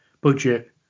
budget